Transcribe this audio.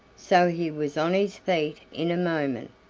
so he was on his feet in a moment,